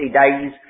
days